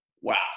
wow